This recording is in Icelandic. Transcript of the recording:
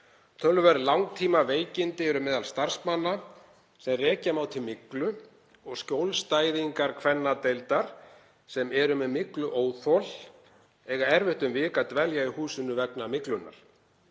Töluverð langtímaveikindi eru meðal starfsmanna sem rekja má til myglu og skjólstæðingar kvennadeildar sem eru með mygluóþol eiga erfitt um vik að dvelja í húsinu vegna myglunnar.